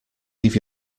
leave